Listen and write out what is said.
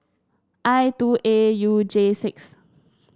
I two A U J six